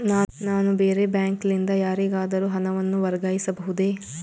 ನಾನು ಬೇರೆ ಬ್ಯಾಂಕ್ ಲಿಂದ ಯಾರಿಗಾದರೂ ಹಣವನ್ನು ವರ್ಗಾಯಿಸಬಹುದೇ?